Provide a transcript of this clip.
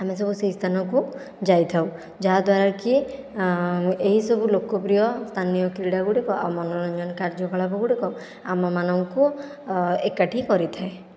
ଆମେ ସବୁ ସେହି ସ୍ଥାନକୁ ଯାଇଥାଉ ଯାହାଦ୍ୱାରା କି ଏହିସବୁ ଲୋକପ୍ରିୟ ସ୍ଥାନୀୟ କ୍ରୀଡ଼ାଗୁଡ଼ିକ ଆଉ ମନୋରଞ୍ଜନ କାର୍ଯ୍ୟକଳାପ ଗୁଡ଼ିକ ଆମମାନଙ୍କୁ ଏକାଠି କରିଥାଏ